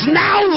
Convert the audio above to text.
now